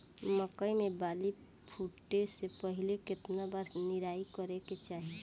मकई मे बाली फूटे से पहिले केतना बार निराई करे के चाही?